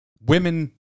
Women